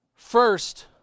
First